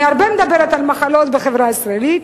אני מדברת הרבה על מחלות בחברה הישראלית,